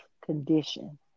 condition